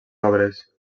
obres